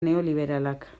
neoliberalak